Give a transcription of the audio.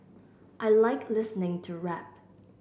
I like listening to rap